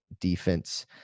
defense